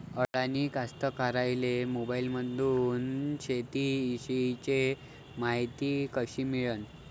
अडानी कास्तकाराइले मोबाईलमंदून शेती इषयीची मायती कशी मिळन?